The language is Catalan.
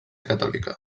catòlica